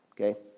Okay